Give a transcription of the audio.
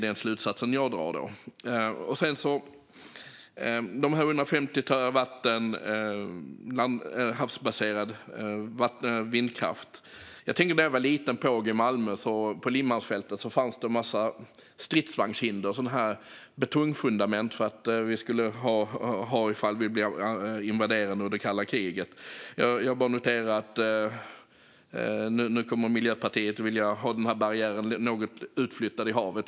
När det gäller de 150 terawattimmarna havsbaserad vindkraft tänker jag på hur det var när jag var liten påg i Malmö. På Limhamnsfältet fanns en massa stridsvagnshinder som skulle hindra invasion under kalla kriget. Nu noterar jag att Miljöpartiet vill flytta ut den barriären i havet.